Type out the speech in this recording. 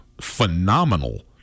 phenomenal